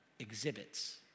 exhibits